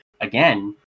again